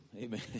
amen